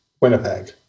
Winnipeg